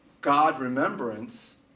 God-remembrance